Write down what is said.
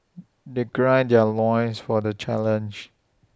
they gird their loins for the challenge